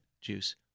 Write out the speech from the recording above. juice